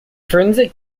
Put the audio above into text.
forensic